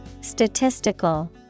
Statistical